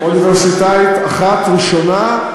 אוניברסיטאית אחת ראשונה.